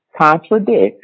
contradicts